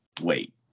wait